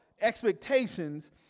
expectations